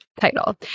title